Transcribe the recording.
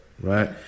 right